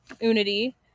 Unity